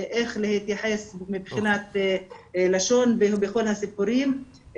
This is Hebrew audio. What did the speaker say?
איך להתייחס מבחינת לשון ובכל הסיפורים.